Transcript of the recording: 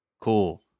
cool